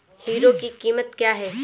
Hero की कीमत क्या है?